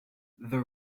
the